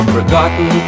Forgotten